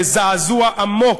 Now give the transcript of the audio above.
בזעזוע עמוק,